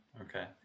Okay